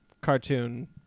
cartoon